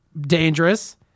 dangerous